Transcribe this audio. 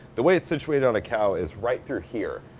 the way it's situated on a cow is right through here.